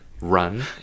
run